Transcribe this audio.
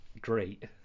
great